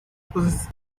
process